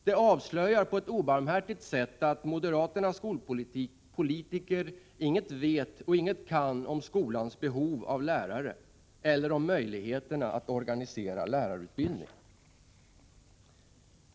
Det avslöjar på ett obarmhärtigt sätt att moderaternas skolpolitiker ingenting vet och ingenting kan om skolans behov av lärare eller om möjligheterna att organisera lärarutbildning.